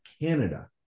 Canada